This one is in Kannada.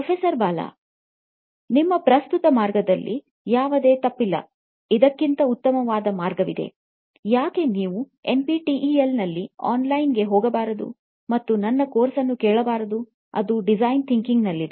ಪ್ರೊಫೆಸರ್ ಬಾಲಾ ನಿಮ್ಮ ಪ್ರಸ್ತುತ ಮಾರ್ಗದಲ್ಲಿ ಯಾವುದೇ ತಪ್ಪಿಲ್ಲ ಇದಕ್ಕಿಂತ ಉತ್ತಮವಾದ ಮಾರ್ಗವಿದೆ ಯಾಕೆ ನೀವು ಎನ್ಪಿಟಿಇಎಲ್ ನಲ್ಲಿ ಆನ್ಲೈನ್ಗೆ ಹೋಗಬಾರದು ಮತ್ತು ನನ್ನ ಕೋರ್ಸ್ ಅನ್ನು ಕೇಳಬಾರದು ಅದು ಡಿಸೈನ್ ಥಿಂಕಿಂಗ್ನಲ್ಲಿದೆ